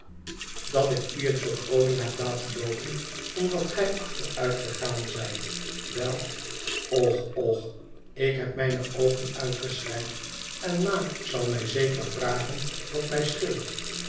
dat ik u en sophronia heb laten loopen omdat gij achteruitgegaan zijt wel och och ik heb mijne oogen uitgeschreid en ma zal mij zeker vragen wat mij scheelt